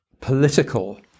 political